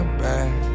back